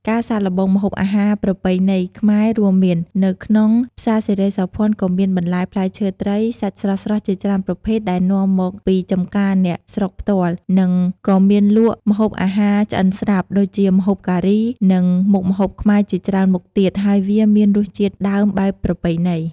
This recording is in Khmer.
ការសាកល្បងម្ហូបអាហារប្រពៃណីខ្មែររួមមាន នៅក្នុងផ្សារសិរីសោភ័ណក៏មាន បន្លែ ផ្លែឈើត្រី សាច់ស្រស់ៗជាច្រើនប្រភេទដែលនាំមកពីចម្ការអ្នកស្រុកផ្ទាល់ និងកមានលក់ម្ហូបអាហារឆ្អិនស្រាប់ ដូចជាម្ហូបការី និងមុខម្ហូបខ្មែរជាច្រើនមុខទៀត ហើយវាមានរសជាតិដើមបែបប្រពៃណី។